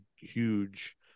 huge